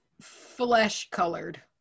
Flesh-colored